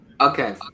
okay